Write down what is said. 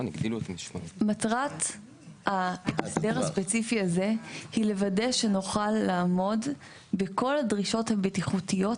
מטרת ההסדר הספציפי הזה היא לוודא שנוכל לעמוד בכל הדרישות הבטיחותיות,